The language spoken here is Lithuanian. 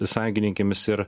sąjungininkėmis ir